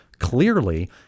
clearly